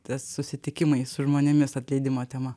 tas susitikimai su žmonėmis atleidimo tema